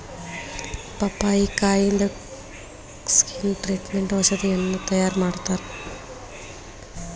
ಪಪ್ಪಾಯಿಕಾಯಿಂದ skin ಟ್ರಿಟ್ಮೇಟ್ಗ ಔಷಧಿಯನ್ನಾಗಿ ತಯಾರಮಾಡತ್ತಾರ